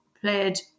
played